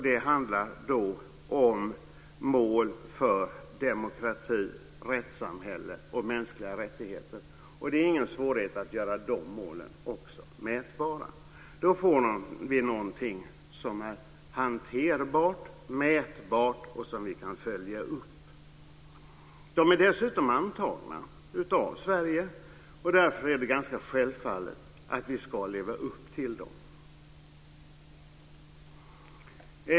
Det handlar då om mål för demokrati, rättssamhälle och mänskliga rättigheter. Det är ingen svårighet att göra också dessa mål mätbara. Då får vi någonting som är hanterbart, mätbart och som vi kan följa upp. De är dessutom antagna av Sverige. Därför är det ganska självklart att vi ska leva upp till dem.